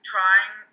Trying